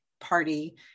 party